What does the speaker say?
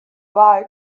boy